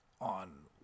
on